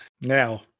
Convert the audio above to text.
Now